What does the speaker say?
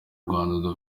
rwanda